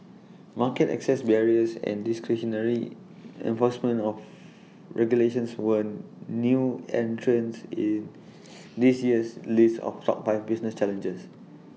market access barriers and discretionary enforcement of regulations were new entrants in this year's list of top five business challenges